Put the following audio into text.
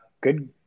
Good